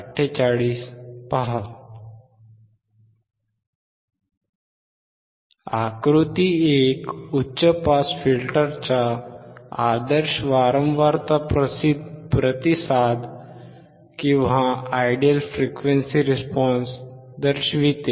आकृती 1 उच्च पास फिल्टरचा आदर्श वारंवारता प्रतिसाद दर्शविते